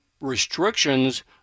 restrictions